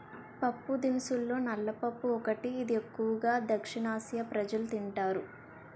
పప్పుదినుసుల్లో నల్ల పప్పు ఒకటి, ఇది ఎక్కువు గా దక్షిణఆసియా ప్రజలు తింటారు